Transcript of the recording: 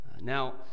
Now